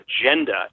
agenda